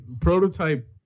Prototype